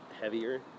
heavier